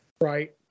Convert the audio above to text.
Right